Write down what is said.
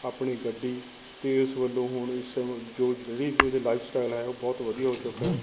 ਆਪਣੀ ਗੱਡੀ ਅਤੇ ਉਸ ਵੱਲੋਂ ਹੁਣ ਇਸ ਸਮੇਂ ਜੋ ਜਿਹੜੀ ਉਹਦੇ ਲਾਈਫਸਟਾਈਲ ਹੈ ਉਹ ਬਹੁਤ ਵਧੀਆ ਹੋ ਚੁੱਕਾ ਹੈ